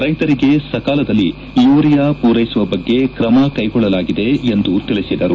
ಕೈತರಿಗೆ ಸಕಾಲದಲ್ಲಿ ಯೂರಿಯಾ ಪೂರೈಸುವ ಬಗ್ಗೆ ಕ್ರಮಕೈಗೊಳ್ಳಲಾಗಿದೆ ಎಂದು ತಿಳಿಸಿದರು